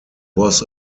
was